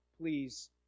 please